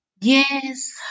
Yes